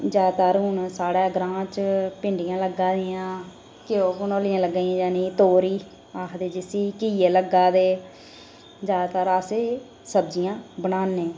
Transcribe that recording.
जादैतर हून साढ़े ग्रांऽ बिच भिंडियां लग्गा दियां घ्यो कंडोलियां लग्गा दियां जानी तोरी आखदे जिसी घीए लग्गा दे जादातर अस एह् सब्जियां बनान्नें